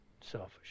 selfish